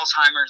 Alzheimer's